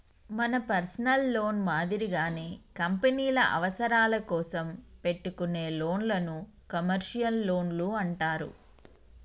మన personal loan మాదిరిగానే కంపెనీల అవసరాల కోసం పెట్టుకునే లోన్లను కమర్షియల్ లోన్లు అంటారు